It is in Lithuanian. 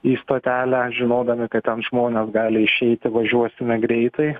į stotelę žinodami kad ten žmonės gali išeiti važiuosime greitai